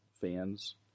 fans